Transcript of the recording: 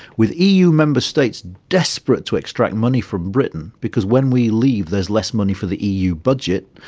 with eu member states desperate to extract money from britain, because when we leave there is less money for the eu budget,